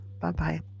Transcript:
Bye-bye